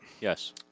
Yes